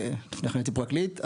לפני כן הייתי פרקליט.